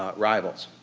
ah rivals.